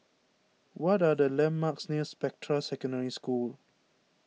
what are the landmarks near Spectra Secondary School